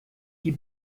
die